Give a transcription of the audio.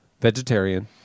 vegetarian